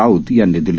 राऊत यांनी दिली